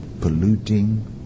polluting